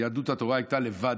יהדות התורה הייתה לבד,